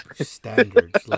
standards